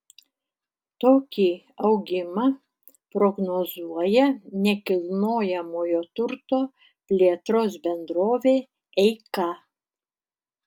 tokį augimą prognozuoja nekilnojamojo turto plėtros bendrovė eika